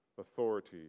authority